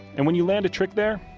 and when you land a trick there,